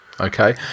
Okay